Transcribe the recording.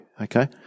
Okay